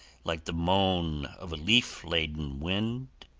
like the moan of a leaf-laden wind,